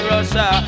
Russia